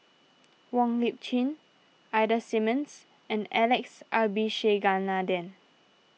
Wong Lip Chin Ida Simmons and Alex Abisheganaden